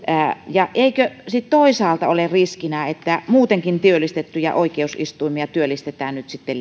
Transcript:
ja eikö sitten toisaalta ole riskinä että muutenkin työllistettyjä oikeusistuimia työllistetään nyt sitten